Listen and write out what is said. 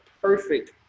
perfect